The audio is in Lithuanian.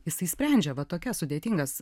jisai sprendžia va tokias sudėtingas